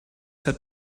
had